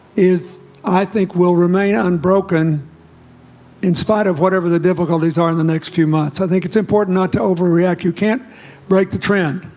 is i think will remain ah unbroken in spite of whatever the difficulties are in the next few months i think it's important not to over react you can't break the trend.